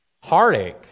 Heartache